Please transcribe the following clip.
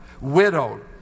Widowed